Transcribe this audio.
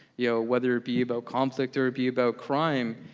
you know whether it be about conflict or it be about crime,